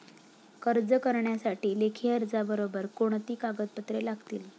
कर्ज करण्यासाठी लेखी अर्जाबरोबर कोणती कागदपत्रे लागतील?